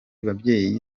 babyeyi